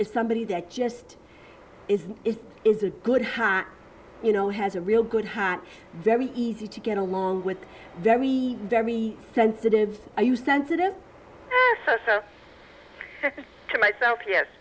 is somebody that just is is a good hand you know has a real good heart very easy to get along with very very sensitive are you sensitive to myself yes